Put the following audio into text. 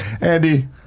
Andy